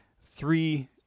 three